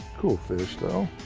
cool fish, though.